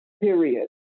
period